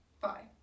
Bye